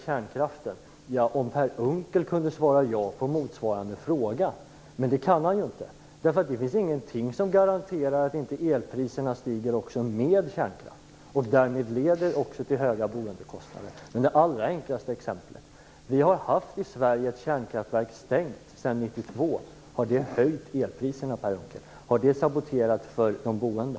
Kan Per Unckel svara ja på motsvarande frågor om kärnkraften? Det kan han inte därför att det inte finns någonting som garanterar att inte elpriserna stiger också med kärnkraft och därmed leder till högre boendekostnader. Jag kan ge det allra enklaste exemplet: Vi hade i Sverige ett kärnkraftverk som är stängt sedan 1992, men har det höjt elpriserna, Per Unckel? Har det saboterat för de boende?